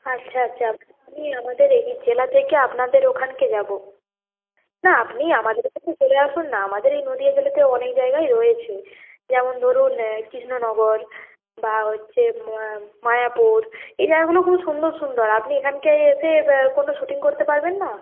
আচ্ছা আচ্ছা আমাদের এই জেলা থেকে আপনাদের ওখানকে যাব না আপনি আমাদের এখানে চলে আসুন না আমাদের এই নদিয়া জেলাতে অনেক জায়গাই রয়েছে যেমন ধরুন কৃষ্ণনগর বা হচ্ছে মায়াপুর এই জায়গাগুলোও খুব সুন্দর সুন্দর আপনি এখানকে এসে কোনো শুটিং করতে পারবেন না